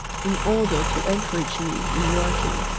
in order to encourage me in working,